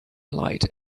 light